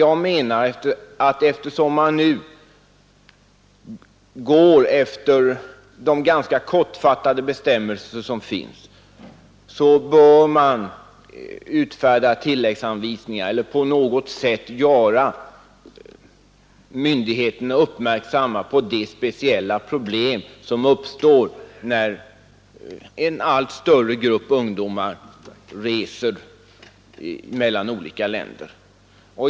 Jag menar bara, att eftersom vi nu handlar efter de ganska kortfattade bestämmelser som finns, så bör vi utfärda tilläggsanvisningar eller på annat sätt göra myndigheterna uppmärksamma på de speciella problem som uppstår när allt större grupper ungdomar reser mellan olika länder.